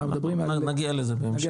נגיע לזה בהמשך.